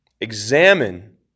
examine